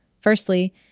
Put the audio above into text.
Firstly